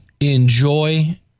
enjoy